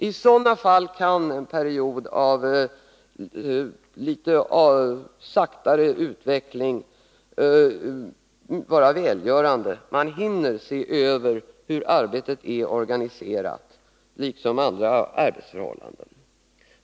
I sådana fall kan en period av långsammare utveckling vara välgörande — man hinner se över hur arbetet är organiserat liksom andra arbetsförhållanden.